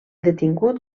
detingut